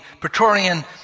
Praetorian